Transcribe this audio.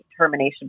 termination